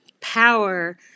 power